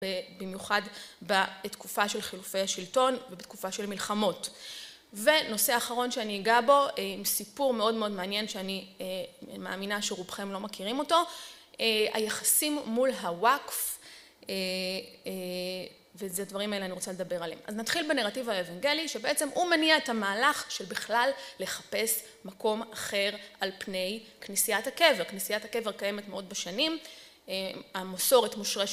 במיוחד בתקופה של חילופי השלטון ובתקופה של מלחמות. ונושא האחרון שאני אגע בו, סיפור מאוד מאוד מעניין שאני מאמינה שרובכם לא מכירים אותו, היחסים מול הוואקף, וזה הדברים האלה אני רוצה לדבר עליהם. אז נתחיל בנרטיב האבנגלי, שבעצם הוא מניע את המהלך של בכלל לחפש מקום אחר על פני כניסיית הקבר. כניסיית הקבר קיימת מאות בשנים, המסורת מושרשרת